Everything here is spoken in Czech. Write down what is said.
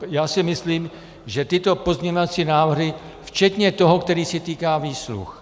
Já si myslím, že tyto pozměňovací návrhy včetně toho, který se týká výsluh.